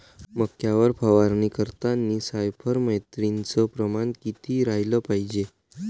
मक्यावर फवारनी करतांनी सायफर मेथ्रीनचं प्रमान किती रायलं पायजे?